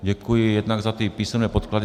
Děkuji jednak za ty písemné podklady.